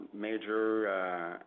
major